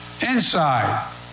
Inside